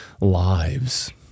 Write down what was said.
lives